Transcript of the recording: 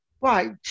Right